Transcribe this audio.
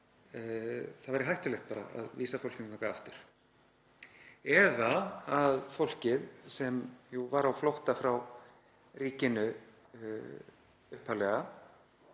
það væri hættulegt að vísa fólkinu þangað aftur eða að fólkið sem var á flótta frá ríkinu upphaflega